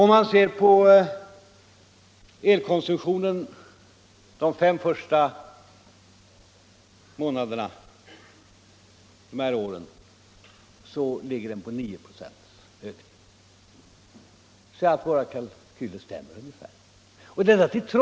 Om man ser på elkonsumtionen de fem första månaderna innevarande år, finner man att ökningen ligger på 9 26. Våra kalkyler stämmer alltså ungefär.